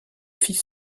fils